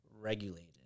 regulated